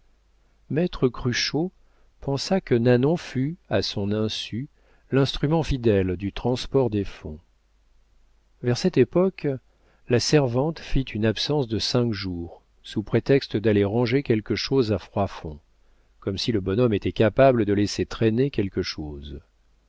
maître cruchot pensa que nanon fut à son insu l'instrument fidèle du transport des fonds vers cette époque la servante fit une absence de cinq jours sous prétexte d'aller ranger quelque chose à froidfond comme si le bonhomme était capable de laisser traîner quelque chose